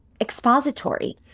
expository